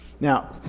Now